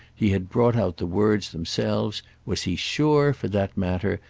he had brought out the words themselves, was he sure, for that matter,